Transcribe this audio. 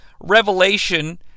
revelation